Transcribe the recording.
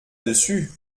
dessus